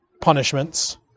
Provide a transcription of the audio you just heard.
punishments